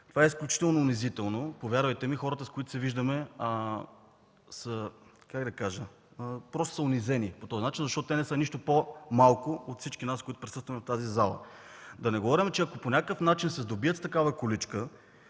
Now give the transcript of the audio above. Това е изключително унизително, повярвайте ми. Хората, с които се виждаме, са унизени по този начин, защото те не са нищо по-малко от всички нас, които присъстваме в тази зала. Да не говорим, че ако по някакъв начин се сдобият с такава количка,